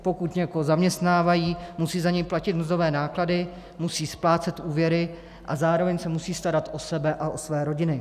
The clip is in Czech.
Pokud někoho zaměstnávají, musí za něj platit mzdové náklady, musí splácet úvěry a zároveň se musí starat o sebe a o své rodiny.